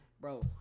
bro